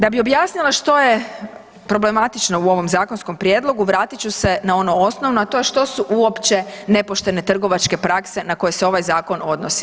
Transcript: Da bi objasnila što je problematično u ovom zakonskom prijedlogu, vratit ću se na ono osnovno a to je što su uopće nepoštene trgovačke prakse na koje se ovaj zakon odnosi.